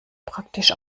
praktisch